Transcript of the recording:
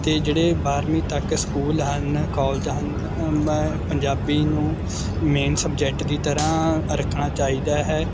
ਅਤੇ ਜਿਹੜੇ ਬਾਰਵੀਂ ਤੱਕ ਸਕੂਲ ਹਨ ਕੋਲਜ ਹਨ ਮ ਪੰਜਾਬੀ ਨੂੰ ਮੇਨ ਸਬਜੈਕਟ ਦੀ ਤਰ੍ਹਾਂ ਰੱਖਣਾ ਚਾਹੀਦਾ ਹੈ